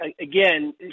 again